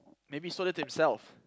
maybe he sold it to himself